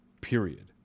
period